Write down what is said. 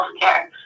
healthcare